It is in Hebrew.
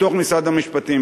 בתוך משרד המשפטים,